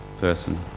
person